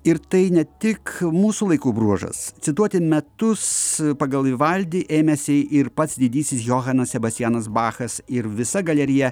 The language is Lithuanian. ir tai ne tik mūsų laikų bruožas cituoti metus pagal vivaldį ėmėsi ir pats didysis johanas sebastianas bachas ir visa galerija